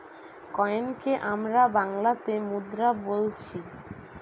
কয়েনকে আমরা বাংলাতে মুদ্রা বোলছি